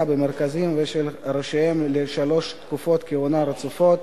במרכזים ושל ראשיהם לשלוש תקופות כהונה רצופות.